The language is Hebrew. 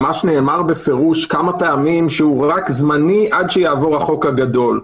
ממש נאמר בפירוש כמה פעמים שהוא רק זמני עד שיעבור החוק הגדול.